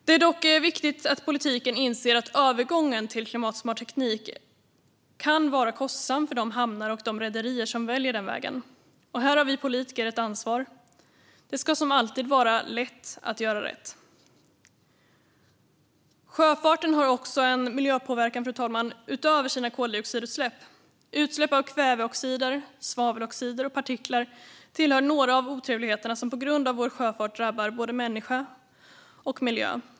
Det är dock viktigt att politiken inser att övergången till klimatsmart teknik kan vara kostsam för de hamnar och de rederier som väljer den vägen. Här har vi politiker ett ansvar. Det ska som alltid vara lätt att göra rätt. Sjöfarten har en miljöpåverkan utöver sina koldioxidutsläpp. Utsläpp av kväveoxider, svaveloxider och partiklar tillhör några av otrevligheterna som på grund av vår sjöfart drabbar både människa och miljö.